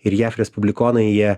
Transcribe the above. ir jav respublikonai jie